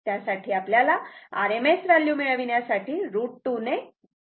त्यासाठी आपल्याला RMS value मिळविण्यासाठी √2 ने गाईड करावे लागेल